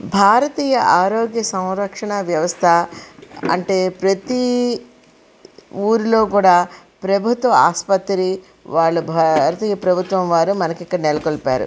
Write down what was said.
భారతీయ ఆరోగ్య సంరక్షణ వ్యవస్థ అంటే ప్రతి ఊరిలో కూడా ప్రభుత్వ ఆసుపత్రి వాళ్ల ప్రభుత్వం వారు మనకు ఇక్కడ నెలకొల్పారు